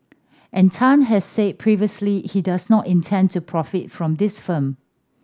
and Tan has said previously he does not intend to profit from this film